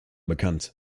bekannt